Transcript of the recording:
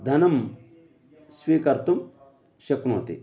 धनं स्वीकर्तुं शक्नोति